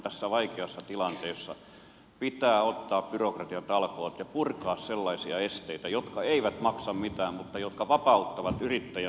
tässä vaikeassa tilanteessa suomalaisen yhteiskunnan pitää ottaa byrokratiatalkoot ja purkaa sellaisia esteitä jotka eivät maksa mitään mutta jotka vapauttavat yrittäjät yrittämiseen